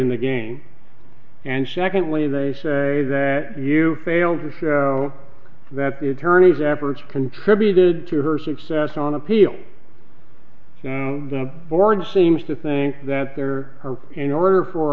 in the game and secondly they say that you failed to show that the attorneys efforts contributed to her success on appeal the board seems to think that there are in order for